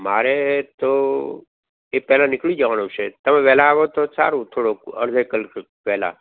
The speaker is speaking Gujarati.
મારે તો એ પેલા નીકળી જાવાનું છે તમે વેલા આવો તો સારું થોંળુંક અળધે કલાક વેલા